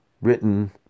written